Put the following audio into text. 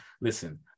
Listen